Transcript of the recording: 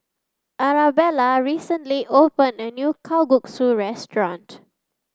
Arabella recently opened a new Kalguksu restaurant